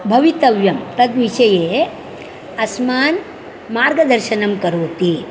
भवितव्यं तद्विषये अस्मान् मार्गदर्शनं करोति